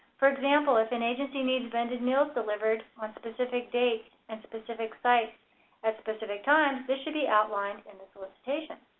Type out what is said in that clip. for example, if an agency needs vended meals delivered on specific dates and specific sites at specific times this should be outlined in the solicitation.